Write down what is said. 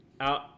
out